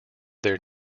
their